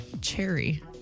Cherry